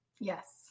Yes